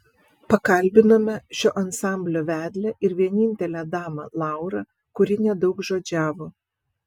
pakalbinome šio ansamblio vedlę ir vienintelę damą laurą kuri nedaugžodžiavo